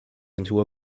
into